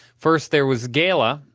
first there was gala,